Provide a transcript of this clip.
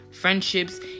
friendships